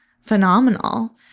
phenomenal